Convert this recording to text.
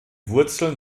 wurzeln